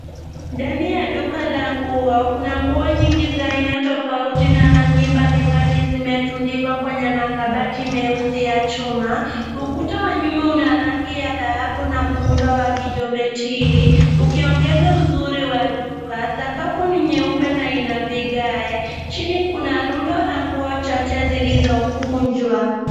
Ndani ya duka la nguo kuna nguo nyingi za aina tofouti na za rangi mbalimbali zimetundikwa kwenye makabati meusi ya chuma ukuta wa nyuma Una rangi ya dhahabu na muundo wa kichometiri ukiongeza uzuri wa duka sakafu ni nyeupe na ina vikae chini kuna rundo la nguo chaje zilizokunjwa.